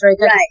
Right